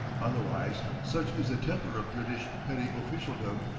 otherwise, such is the temper of british petty officialdom,